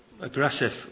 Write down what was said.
aggressive